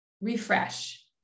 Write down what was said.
refresh